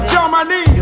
Germany